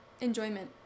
enjoyment